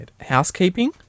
housekeeping